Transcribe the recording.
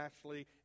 Ashley